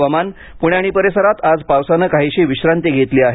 हवामान प्णे आणि परिसरात आज पावसानं काहीशी विश्रांती घेतली आहे